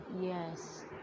Yes